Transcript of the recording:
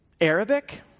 Arabic